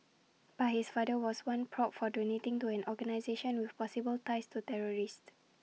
but his father was once probed for donating to an organisation with possible ties to terrorists